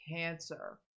cancer